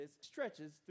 stretches